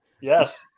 Yes